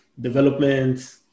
development